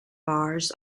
bars